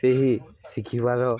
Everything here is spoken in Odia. ସେହି ଶିଖିବାର